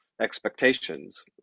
expectations